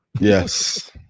Yes